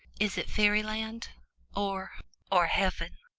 is it fairyland or or heaven?